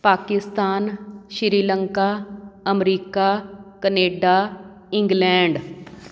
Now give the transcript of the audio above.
Pakistan Sri Lanka America Canada England